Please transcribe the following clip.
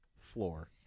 floor